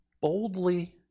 boldly